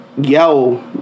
Yo